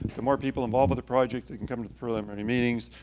the more people involved with the project that can come to the preliminary meetings,